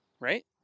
Right